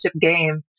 game